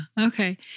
Okay